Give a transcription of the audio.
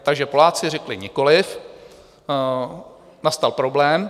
Takže Poláci řekli nikoliv a nastal problém.